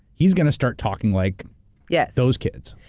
he's gonna start talking like yeah those kids.